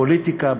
בפוליטיקה,